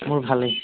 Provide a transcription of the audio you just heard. মোৰ ভালেই